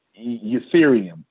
Ethereum